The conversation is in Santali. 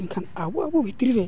ᱮᱱᱠᱷᱟᱱ ᱟᱵᱚᱼᱟᱵᱚ ᱵᱷᱤᱛᱨᱤᱨᱮ